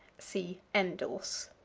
see endorse.